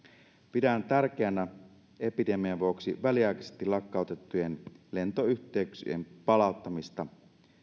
pidän tärkeänä epidemian vuoksi väliaikaisesti lakkautettujen lentoyhteyksien palauttamista